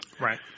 Right